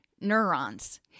neurons